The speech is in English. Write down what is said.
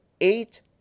eight